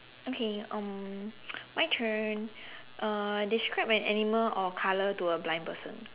okay um my turn uh describe an animal or color to a blind person